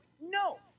No